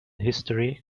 history